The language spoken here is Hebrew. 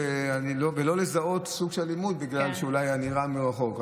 ולא לזהות סוג של אלימות בגלל שאולי נראה מרחוק.